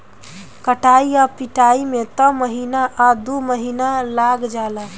कटाई आ पिटाई में त महीना आ दु महीना लाग जाला